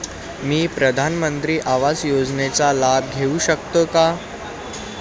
मी प्रधानमंत्री आवास योजनेचा लाभ घेऊ शकते का?